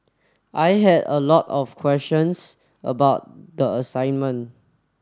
I had a lot of questions about the assignment